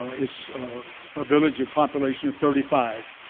it's a village of population of thirty five,